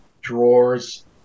drawers